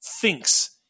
thinks